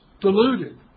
deluded